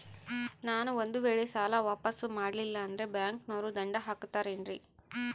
ನಾನು ಒಂದು ವೇಳೆ ಸಾಲ ವಾಪಾಸ್ಸು ಮಾಡಲಿಲ್ಲಂದ್ರೆ ಬ್ಯಾಂಕನೋರು ದಂಡ ಹಾಕತ್ತಾರೇನ್ರಿ?